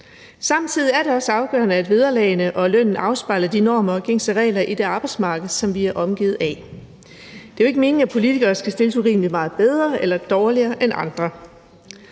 Samtidig er det også afgørende, at vederlaget og lønnen afspejler normer og gængse regler i det arbejdsmarked, som vi er omgivet af. Det er jo ikke meningen, at politikere skal stilles urimeligt meget bedre eller dårligere end andre.